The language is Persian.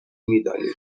میدانیم